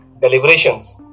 deliberations